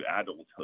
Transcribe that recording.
adulthood